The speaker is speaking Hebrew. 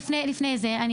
מעטות.